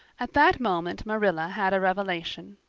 at that moment marilla had a revelation.